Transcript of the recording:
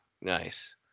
Nice